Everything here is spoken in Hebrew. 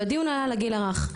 והדיון היה על הגיל הרך,